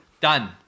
Done